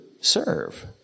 serve